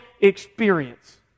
experience